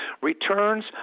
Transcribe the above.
returns